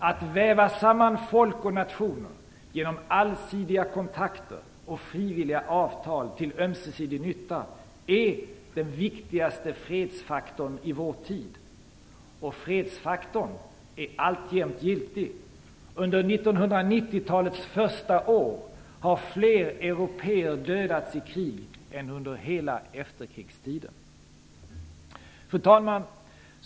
Att väva samman folk och nationer genom allsidiga kontakter och frivilliga avtal till ömsesidig nytta är den viktigaste fredsfaktorn i vår tid. Fredsfaktorn är alltjämt giltig. Under 1990-talets första år har fler européer dödats i krig än under hela efterkrigstiden. Fru talman!